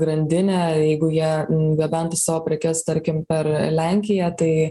grandinė jeigu jie gabentų savo prekes tarkim per lenkiją tai